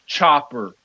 Chopper